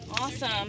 Awesome